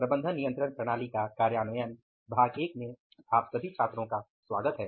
सबका स्वागत है